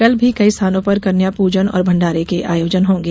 कल भी कई स्थानों पर कन्या पूजन और भण्डारे के आयोजन होंगे